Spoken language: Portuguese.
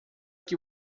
que